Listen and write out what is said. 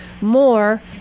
more